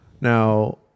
now